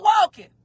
walking